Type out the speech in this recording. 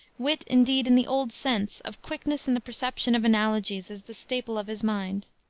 wit, indeed, in the old sense of quickness in the perception of analogies is the staple of his mind.